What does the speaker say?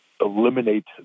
eliminate